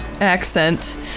accent